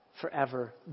forever